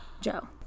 Joe